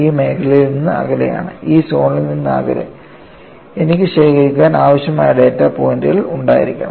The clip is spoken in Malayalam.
ഈ സോണിൽ നിന്ന് അകലെ എനിക്ക് ശേഖരിക്കാൻ ആവശ്യമായ ഡാറ്റ പോയിന്റുകൾ ഉണ്ടായിരിക്കണം